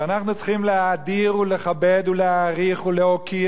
אנחנו צריכים להאדיר ולכבד ולהעריך ולהוקיר